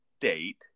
date